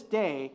day